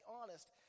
honest